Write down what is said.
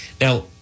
now